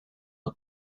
the